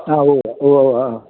ആ ഉവ്വ ഉവ്വ ഉവ്വ ഉവ്വ ആ